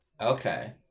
Okay